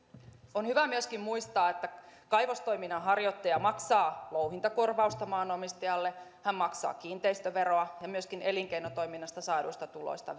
on hyvä myöskin muistaa että kaivostoiminnan harjoittaja maksaa louhintakorvausta maanomistajalle hän maksaa kiinteistöveroa ja myöskin veroa elinkeinotoiminnasta saaduista tuloista